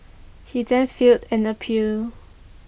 he then filed an appeal